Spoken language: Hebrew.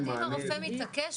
כלומר אם הרופא מתעקש,